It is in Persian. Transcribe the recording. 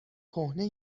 کهنه